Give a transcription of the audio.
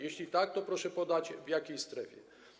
Jeśli tak, to proszę podać, w jakiej strefie.